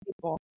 people